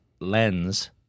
lens